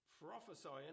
prophesying